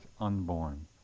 unborn